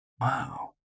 Wow